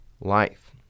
life